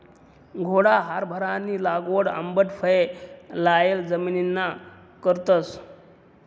घोडा हारभरानी लागवड आंबट फये लायेल जमिनना करतस